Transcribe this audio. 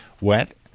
Wet